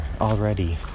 already